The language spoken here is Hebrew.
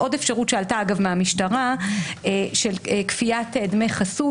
עוד אפשרות שעלתה מהמשטרה של כפיית דמי חסות,